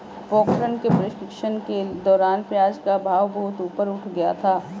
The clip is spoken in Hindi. पोखरण के प्रशिक्षण के दौरान प्याज का भाव बहुत ऊपर उठ गया था